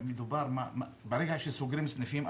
הרי ברגע שסוגרים סניפים,